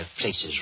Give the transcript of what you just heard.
places